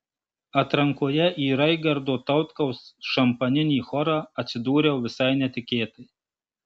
atrankoje į raigardo tautkaus šampaninį chorą atsidūriau visai netikėtai